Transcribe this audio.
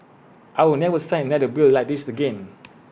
I will never sign another bill like this again